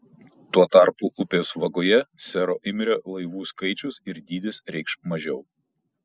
tuo tarpu upės vagoje sero imrio laivų skaičius ir dydis reikš mažiau